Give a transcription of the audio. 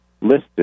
listed